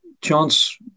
chance